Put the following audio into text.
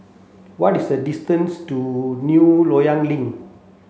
what is the distance to New Loyang Link